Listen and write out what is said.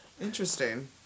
Interesting